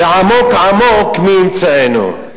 ועמוק עמוק מי ימצאנו.